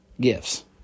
Gifts